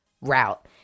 route